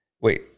Wait